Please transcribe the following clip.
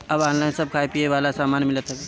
अब ऑनलाइन सब खाए पिए वाला सामान मिलत हवे